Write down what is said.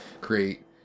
create